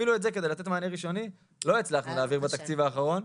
אפילו את זה כדי לתת את המענה הראשוני לא הצלחנו להעביר בתקציב האחרון.